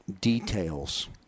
details